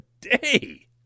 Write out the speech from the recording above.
day